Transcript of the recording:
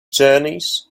journeys